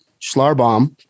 Schlarbaum